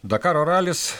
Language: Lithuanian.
dakaro ralis